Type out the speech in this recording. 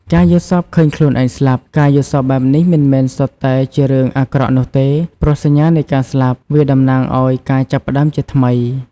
ការយល់សប្តិឃើញខ្លួនឯងស្លាប់ ការយល់សប្តិបែបនេះមិនមែនសុទ្ធតែជារឿងអាក្រក់នោះទេព្រោះសញ្ញានៃការស្លាប់ វាតំណាងឲ្យការចាប់ផ្តើមជាថ្មី។